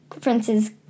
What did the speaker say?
prince's